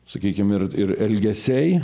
sakykim ir ir elgesiai